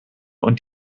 und